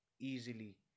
easily